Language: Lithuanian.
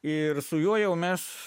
ir su juo jau mes